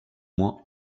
moins